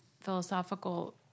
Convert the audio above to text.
philosophical